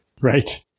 Right